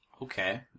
Okay